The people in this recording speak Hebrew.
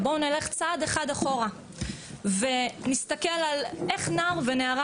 בואו נלך צעד אחד אחורה ונסתכל על איך נער ונערה